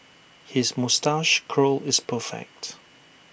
his moustache curl is perfect